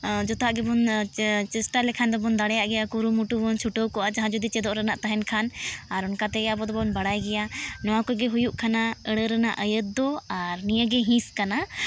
ᱡᱚᱛᱚᱣᱟᱜ ᱜᱮᱵᱚᱱ ᱪᱮᱥᱴᱟ ᱞᱮᱠᱷᱟᱱ ᱫᱚᱵᱚᱱ ᱫᱟᱲᱮᱭᱟᱜ ᱜᱮᱭᱟ ᱠᱩᱨᱩᱢᱩᱴᱩ ᱵᱚᱱ ᱪᱷᱩᱴᱟᱹᱣ ᱠᱚᱜᱼᱟ ᱡᱟᱦᱟᱸ ᱡᱩᱫᱤ ᱪᱮᱫᱚᱜ ᱨᱮᱱᱟᱜ ᱛᱟᱦᱮᱱ ᱠᱷᱟᱱ ᱟᱨ ᱚᱱᱠᱟ ᱛᱮᱜᱮ ᱟᱵᱚ ᱫᱚᱵᱚᱱ ᱵᱟᱲᱟᱭ ᱜᱮᱭᱟ ᱱᱚᱣᱟ ᱠᱚᱜᱮ ᱦᱩᱭᱩᱜ ᱠᱟᱱᱟ ᱟᱹᱲᱟᱹ ᱨᱮᱱᱟᱜ ᱟᱹᱭᱟᱹᱛ ᱫᱚ ᱟᱨ ᱱᱤᱭᱟᱹ ᱜᱮ ᱦᱤᱸᱥ ᱠᱟᱱᱟ